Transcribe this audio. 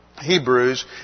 Hebrews